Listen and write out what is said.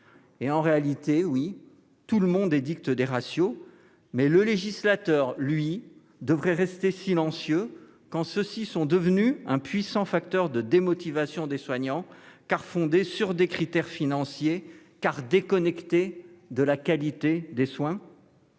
En réalité, tout le monde édicte des ratios, mais le législateur, lui, devrait rester silencieux quand ceux-ci sont devenus un puissant facteur de démotivation des soignants, car fondés sur des critères financiers, car déconnectés de la qualité des soins